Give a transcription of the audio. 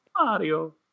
Mario